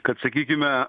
kad sakykime